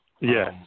Yes